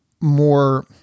more